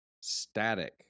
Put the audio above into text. static